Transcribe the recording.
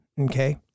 okay